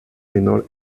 menor